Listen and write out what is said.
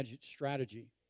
strategy